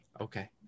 Okay